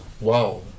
Wow